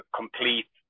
complete